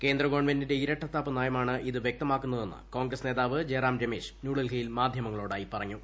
കേന്ദ്ര ഗവൺമെന്റിന്റെ ഇരട്ടത്താപ്പ് നയമാണ് ഇത് വ്യക്തമാക്കുന്നതെന്ന് കോൺഗ്രസ് നേതാവ് ജയറാം രമേശ് ന്യൂഡൽഹിയിൽ മാധ്യമങ്ങളോടായി പറഞ്ഞു